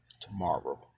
tomorrow